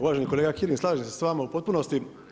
Uvaženi kolega Kirin, slažem se s vama u potpunosti.